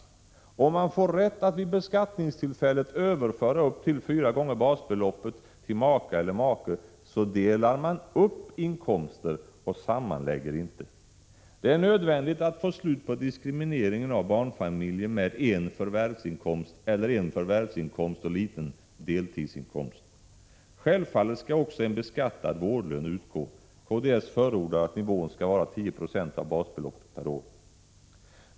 Om man får rätt att vid beskattningstillfället överföra upp till fyra gånger basbeloppet till maka eller make, delar man upp inkomster och sammanlägger inte. Det är nödvändigt att få slut på diskrimineringen av barnfamiljer med en förvärvsinkomst eller en förvärvsinkomst och liten deltidsinkomst. Självfallet skall också en beskattad vårdlön utgå. Kds förordar att nivån skall vara 10 96 av basbeloppet per månad.